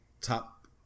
Top